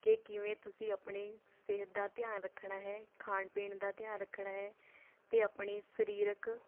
ਕਿ ਕਿਵੇਂ ਤੁਸੀਂ ਆਪਣੇ ਸਿਹਤ ਦਾ ਧਿਆਨ ਰੱਖਣਾ ਹੈ ਖਾਣ ਪੀਣ ਦਾ ਧਿਆਨ ਰੱਖਣਾ ਹੈ ਅਤੇ ਆਪਣੀ ਸਰੀਰਕ